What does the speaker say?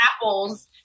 apples